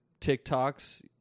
TikToks